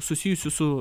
susijusius su